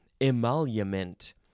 emolument